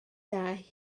dau